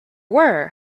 were